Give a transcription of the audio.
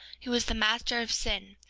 who is the master of sin,